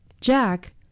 Jack